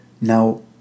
Now